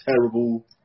terrible